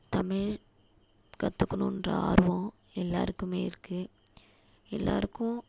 தமிழ் கற்றுக்கிணுன்ற ஆர்வம் எல்லோருக்குமே இருக்குது எல்லோருக்கும்